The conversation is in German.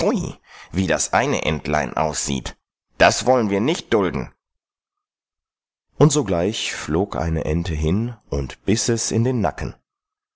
wie das eine entlein aussieht das wollen wir nicht dulden und sogleich flog eine ente hin und biß es in den nacken